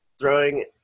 throwing